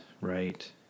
Right